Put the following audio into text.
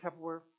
Tupperware